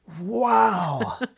Wow